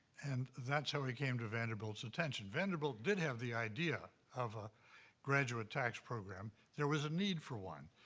and that's how he came to vanderbilt's attention. vanderbilt did have the idea of a graduate tax program. there was a need for one.